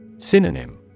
Synonym